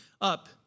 up